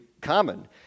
common